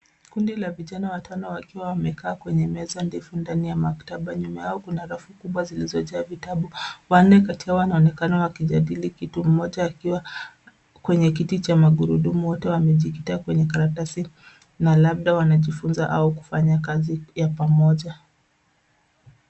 Kundi la vijana watano wakiwa wamekaa kwenye meza ndefu ndani ya maktaba. Nyuma yao kuna rafu kubwa zilizojaa vitabu. Wanne kati yao wanaonekana wakijadili kitu mmoja akiwa kwenye kiti cha magurudumu. Wote wamejikita kwenye karatasi na labda wanajifunza au kufanya kazi ya pamoja.